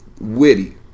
witty